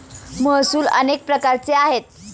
महसूल अनेक प्रकारचे आहेत